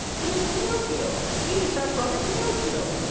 it is pinocchio. it is our brother pinocchio!